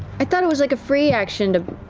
i thought it was like a free action.